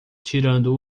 tirando